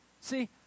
See